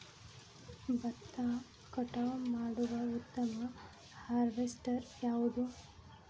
ಭತ್ತ ಕಟಾವು ಮಾಡುವ ಉತ್ತಮ ಹಾರ್ವೇಸ್ಟರ್ ಯಾವುದು?